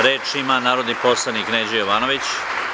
Reč ima narodni poslanik Neđo Jovanović.